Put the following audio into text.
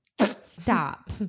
Stop